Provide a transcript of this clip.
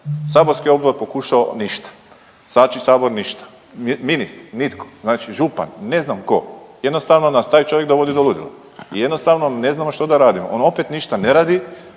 saborski odbor je pokušao ništa, znači sabor ništa, ministri nitko, znači župan, ne znam tko, jednostavno nas taj čovjek dovodi do ludila i jednostavno ne znamo što da radimo, on opet ništa ne radi,